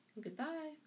Goodbye